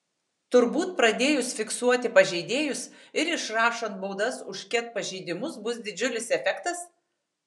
turbūt pradėjus fiksuoti pažeidėjus ir išrašant baudas už ket pažeidimus bus didžiulis efektas